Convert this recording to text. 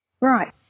right